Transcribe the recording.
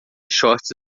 shorts